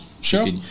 Sure